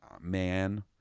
man